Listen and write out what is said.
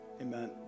Amen